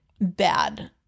bad